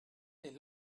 they